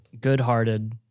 good-hearted